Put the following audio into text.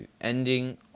ending